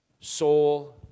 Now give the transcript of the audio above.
soul